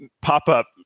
pop-up